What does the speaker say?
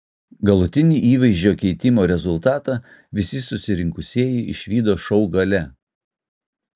galutinį įvaizdžio keitimo rezultatą visi susirinkusieji išvydo šou gale